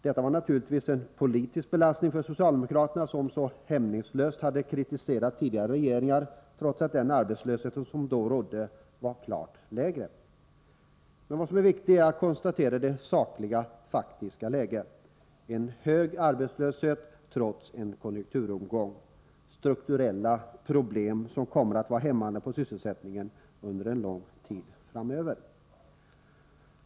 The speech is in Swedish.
Detta var naturligtvis en politisk belastning för socialdemokraterna, som så hämningslöst kritiserat tidigare regeringar trots att arbetslösheten under deras regeringstid var klart lägre. Det är emellertid viktigare att framhålla det sakliga faktiska läget: hög arbetslöshet trots en konjunkturuppgång, strukturella problem som kommer att vara hämmande för sysselsättningen under lång tid framöver.